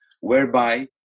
whereby